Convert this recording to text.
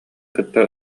кытта